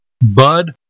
Bud